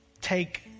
take